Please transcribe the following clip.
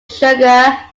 sugar